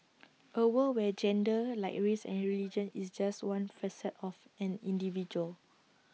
A world where gender like race and religion is just one facet of an individual